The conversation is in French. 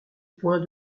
point